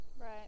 Right